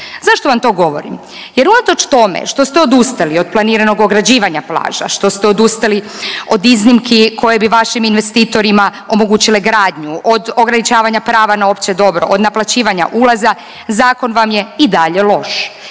Zašto vam to govorim? Jer unatoč tome što ste odustali od planiranog ograđivanja plaža, što ste odustali od iznimki koje bi vašim investitorima omogućile gradnju od ograničavanja prava na opće dobro, od naplaćivanja ulaza zakon vam je i dalje loš,